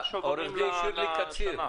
עו"ד שירלי קציר.